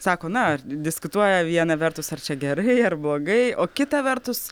sako na ar diskutuoja viena vertus ar čia gerai ar blogai o kita vertus